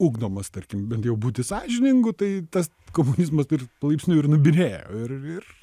ugdomas tarkim bent jau būti sąžiningu tai tas komunizmas ir palaipsniui ir nubyrėjo ir ir